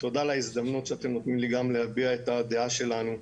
תודה על ההזדמנות שאתם נותנים לי גם להביע את הדעה שלנו.